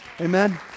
Amen